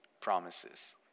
promises